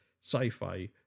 sci-fi